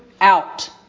out